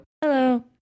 Hello